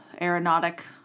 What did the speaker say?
Aeronautic